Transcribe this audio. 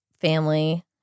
family